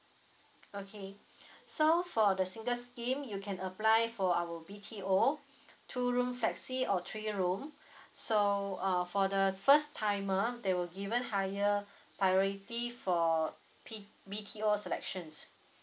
okay so for the singles scheme you can apply for our B_T_O two room flexi or three room so uh for the first timer they will given higher priority for B_T_O selections